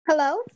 hello